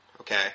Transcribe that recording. Okay